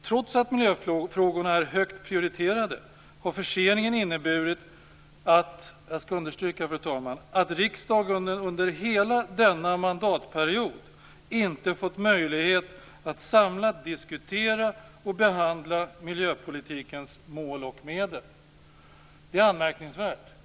Trots att miljöfrågorna är högt prioriterade har förseningen inneburit - jag vill stryka under detta, fru talman - att riksdagen under hela denna mandatperiod inte fått möjlighet att samlat diskutera och behandla miljöpolitikens mål och medel. Detta är anmärkningsvärt.